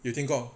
有听过